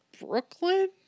Brooklyn